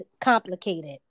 complicated